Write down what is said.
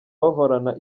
bahorana